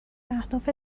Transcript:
اهداف